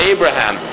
Abraham